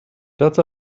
dots